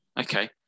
Okay